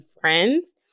friends